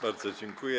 Bardzo dziękuję.